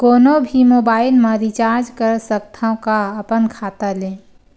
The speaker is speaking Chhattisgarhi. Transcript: कोनो भी मोबाइल मा रिचार्ज कर सकथव का अपन खाता ले?